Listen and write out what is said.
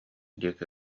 диэки